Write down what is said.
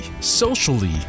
socially